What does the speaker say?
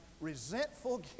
resentful